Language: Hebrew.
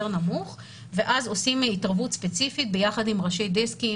נמוך ואז עושים התערבות ספציפית ביחד עם ראשי דסקים,